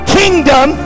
kingdom